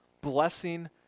blessing